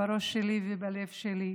בראש שלי ובלב שלי,